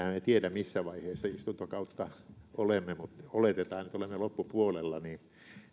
tiedä missä vaiheessa istuntokautta olemme mutta oletetaan että olemme loppupuolella niin